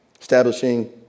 establishing